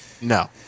No